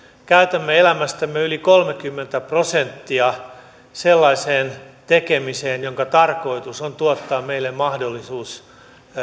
käytämme elämästämme yli kolmekymmentä prosenttia sellaiseen tekemiseen jonka tarkoitus on tuottaa meille mahdollisuus